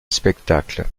spectacle